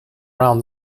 round